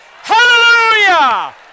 Hallelujah